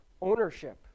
ownership